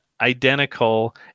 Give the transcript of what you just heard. identical